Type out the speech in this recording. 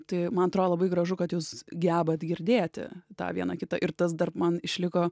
tai man atrodo labai gražu kad jūs gebat girdėti tą vieną kitą ir tas dar man išliko